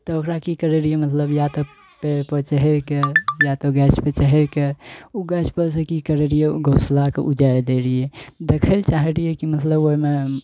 तऽ ओकरा की करय रहियइ मतलब या तऽ पेड़पर चहरि कए या तऽ गाछपर चहरि कए उ गाछपर सँ की करय रहियइ उ घोसलाके उजारि दै रहियइ देखय लए चाहय रहियइ की मतलब ओइमे